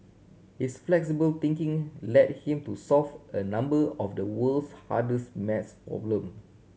his flexible thinking led him to solve a number of the world's hardest maths problem